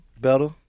better